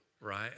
right